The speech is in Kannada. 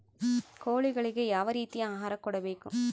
ಕೋಳಿಗಳಿಗೆ ಯಾವ ರೇತಿಯ ಆಹಾರ ಕೊಡಬೇಕು?